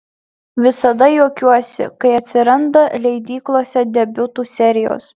visada juokiuosi kai atsiranda leidyklose debiutų serijos